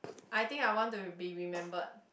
I think I want to be remembered